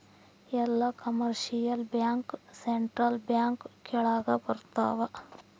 ಎಲ್ಲ commercial bank central bank ಕೆಳಗ ಬರತಾವ